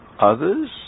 others